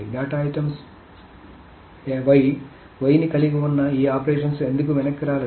data అంశం y y ని కలిగి ఉన్న ఈ ఆపరేషన్స్ ఎందుకు వెనక్కి రాలేదు